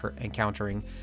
encountering